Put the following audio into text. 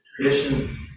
tradition